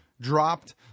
dropped